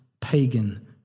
pagan